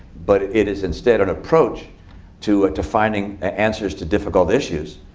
but it is instead an approach to to finding answers to difficult issues,